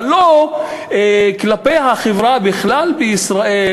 אבל לא כלפי החברה בישראל,